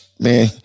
man